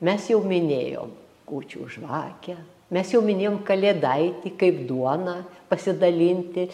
mes jau minėjom kūčių žvakę mes jau minėjom kalėdaitį kaip duoną pasidalinti